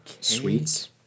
sweets